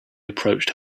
approached